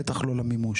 בטח לא למימוש.